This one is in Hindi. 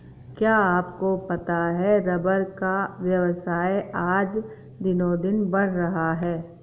क्या आपको पता है रबर का व्यवसाय आज दिनोंदिन बढ़ रहा है?